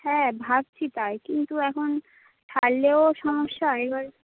হ্যাঁ ভাবছি তাই কিন্তু এখন ছাড়লেও সমস্যা এবার